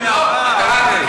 סגן השר, אתה יכול לענות לי?